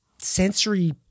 sensory